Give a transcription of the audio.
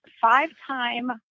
five-time